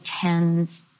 tens